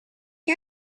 you